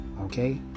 Okay